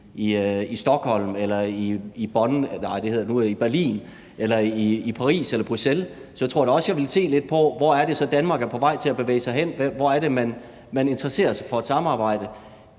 i Stockholm eller i Berlin eller i Paris eller i Bruxelles, tror da jeg også, at jeg ville se lidt på, hvor det er, Danmark er på vej til at bevæge sig hen, hvor man interesserer sig for at samarbejde.